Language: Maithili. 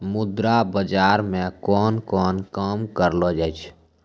मुद्रा बाजार मे कोन कोन काम करलो जाय छै